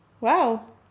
Wow